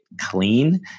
clean